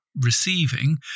receiving